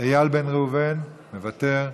איל בן ראובן, מוותר,